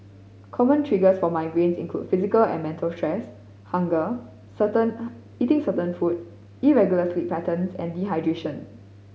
common triggers for migraines include physical and mental stress hunger certain eating certain food irregular sleep patterns and dehydration